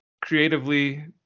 creatively